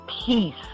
peace